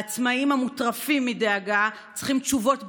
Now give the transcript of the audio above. העצמאים המוטרפים מדאגה צריכים תשובות ברורות,